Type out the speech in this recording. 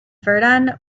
verdun